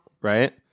Right